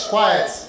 Quiet